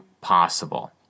possible